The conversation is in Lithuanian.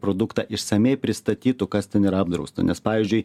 produktą išsamiai pristatytų kas ten yra apdrausta nes pavyzdžiui